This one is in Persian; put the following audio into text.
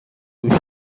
گوش